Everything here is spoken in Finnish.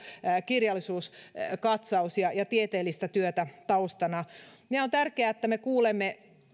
kirjallisuuskatsaus ja ja tieteellistä työtä taustana on tärkeää että me kuulemme